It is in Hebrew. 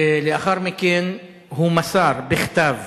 ולאחר מכן הוא מסר בכתב